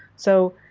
so,